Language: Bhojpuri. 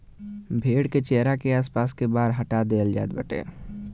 भेड़ के चेहरा के आस पास के बार हटा देहल जात बाटे